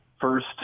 first